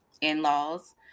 in-laws